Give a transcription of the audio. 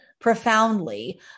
profoundly